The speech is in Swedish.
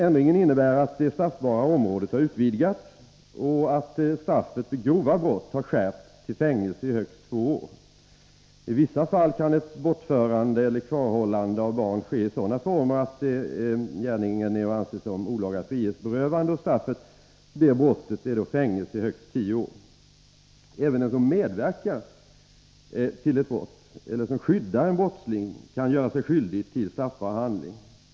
Ändringen innebär att det straffbara området har utvidgats och att straffet för grova brott har skärpts till fängelse i högst två år. I vissa fall kan ett bortförande eller kvarhållande av barn ske i sådana former att gärningen är att anse som olaga frihetsberövande. Straffet för detta brott är fängelse i högst tio år. Även den som medverkar till ett brott eller som skyddar en brottsling kan göra sig skyldig till en straffbar handling.